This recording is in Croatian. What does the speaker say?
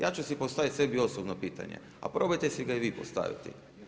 Ja ću si postaviti sebi osobno pitanje, a probajte si ga i vi postaviti.